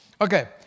Okay